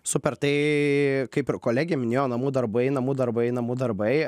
super tai kaip ir kolegė minėjo namų darbai namų darbai namų darbai